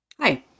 Hi